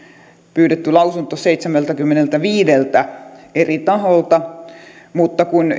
pyydetty lausunto seitsemältäkymmeneltäviideltä eri taholta mutta kun